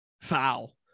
foul